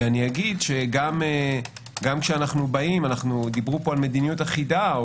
אני אגיד שגם כשאנחנו באים דיברו פה על מדיניות אחידה,